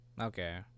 Okay